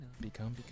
become